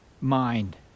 mind